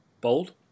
Bold